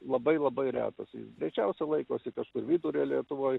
labai labai retas i grečiausiai laikosi kažkur vidurio lietuvoj